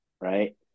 right